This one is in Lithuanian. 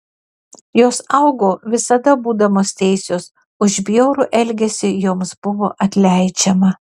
jos augo visada būdamos teisios už bjaurų elgesį joms buvo atleidžiama